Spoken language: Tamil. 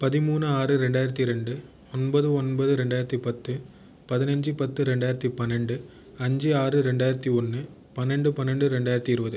பதிமூணு ஆறு ரெண்டாயிரத்து ரெண்டு ஒன்பது ஒன்பது ரெண்டாயிரத்து பத்து பதினஞ்சு பத்து ரெண்டாயிரத்து பன்னெண்டு அஞ்சு ஆறு ரெண்டாயிரத்து ஒன்று பன்னெண்டு பன்னெண்டு ரெண்டாயிரத்து இருபது